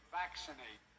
vaccinate